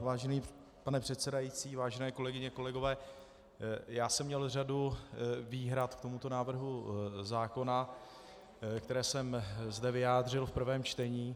Vážený pane předsedající, vážené kolegyně, kolegové, já jsem měl řadu výhrad k tomuto návrhu zákona, které jsem zde vyjádřil v prvém čtení.